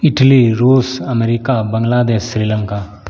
Italy रूस America Bangladesh Sri Lanka